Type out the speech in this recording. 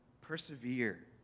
Persevere